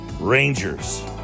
Rangers